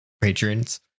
patrons